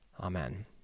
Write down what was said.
amen